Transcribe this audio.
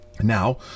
Now